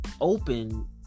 open